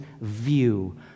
view